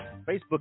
Facebook